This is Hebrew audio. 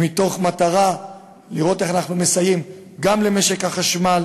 במטרה לראות איך אנחנו מסייעים גם למשק החשמל